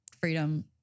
freedom